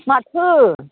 माथो